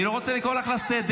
אני לא רוצה לקרוא אותך לסדר.